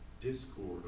discord